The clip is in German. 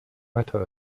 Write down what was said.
weiter